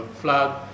flood